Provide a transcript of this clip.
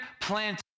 Plant